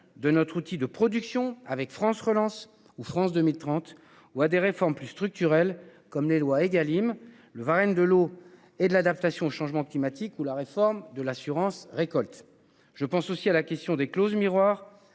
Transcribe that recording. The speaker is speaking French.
de notre outil de production avec France relance ou France 2030 ou à des réformes plus structurelles comme les loi Egalim le variant de l'eau et de l'adaptation au changement climatique ou la réforme de l'assurance-récolte. Je pense aussi à la question des clauses miroirs